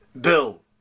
bill